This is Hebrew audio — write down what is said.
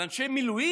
על אנשי מילואים?